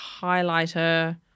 highlighter